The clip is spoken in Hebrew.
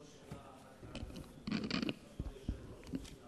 אפשר לשאול שאלה, אדוני היושב-ראש?